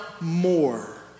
more